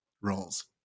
roles